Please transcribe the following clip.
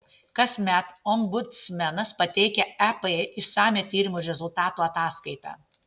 kasmet ombudsmenas pateikia ep išsamią tyrimų rezultatų ataskaitą